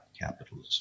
capitalism